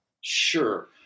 Sure